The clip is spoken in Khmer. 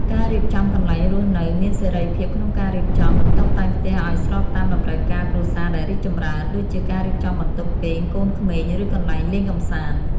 ការរៀបចំកន្លែងរស់នៅ មានសេរីភាពក្នុងការរៀបចំ និងតុបតែងផ្ទះឲ្យស្របតាមតម្រូវការគ្រួសារដែលរីកចម្រើន ដូចជាការរៀបចំបន្ទប់គេងកូនក្មេង ឬកន្លែងលេងកម្សាន្ត។